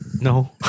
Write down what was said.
No